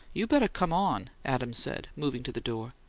you better come on, adams said, moving to the door.